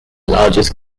largest